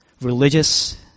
religious